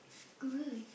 good